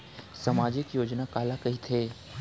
सामाजिक योजना काला कहिथे?